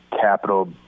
capital